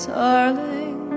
darling